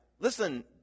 listen